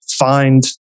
find